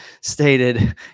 stated